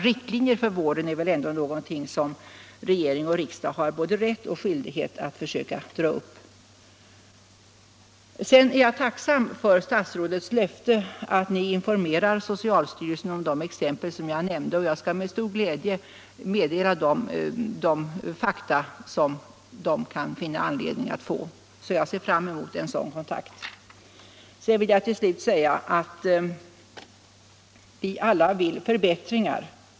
Riktlinjerna för vården är ändå någonting som regeringen och riksdagen har både rätt och skyldighet att försöka dra upp. Jag är tacksam för statsrådets löfte att informera socialstyrelsen om de exempel som jag nämnde. Jag skall med glädje meddela de fakta som styrelsen kan finna anledning att fråga efter. Jag ser fram emot en sådan kontakt. Till slut vill jag säga att vi alla vill förbättringar.